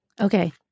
Okay